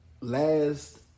last